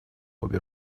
обе